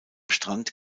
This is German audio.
strand